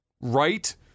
right